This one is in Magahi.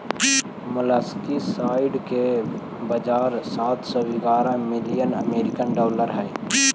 मोलस्कीसाइड के बाजार सात सौ ग्यारह मिलियन अमेरिकी डॉलर हई